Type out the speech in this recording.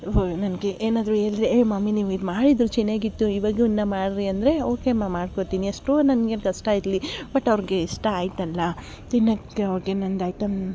ನನಗೆ ಏನಾದರೂ ಹೇಳ್ದ್ರೆ ಏ ಮಾಮಿ ನೀವು ಇದು ಮಾಡಿದ್ದರೆ ಚೆನ್ನಾಗಿತ್ತು ಇವಾಗುನ್ನ ಮಾಡಿರಿ ಅಂದರೆ ಓಕೆಮ್ಮಾ ಮಾಡ್ಕೋತೀನಿ ಅಷ್ಟೋ ನನ್ಗೇನು ಕಷ್ಟ ಇರಲಿ ಬಟ್ ಅವ್ರಿಗೆ ಇಷ್ಟ ಆಯಿತಲ್ಲ ತಿನ್ನಕ್ಕೆ ಅವ್ರ್ಗೆ ಇನ್ನೊಂದು ಐಟಮ್